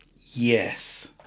Yes